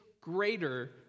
greater